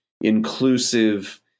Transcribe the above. inclusive